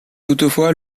toutefois